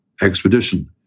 expedition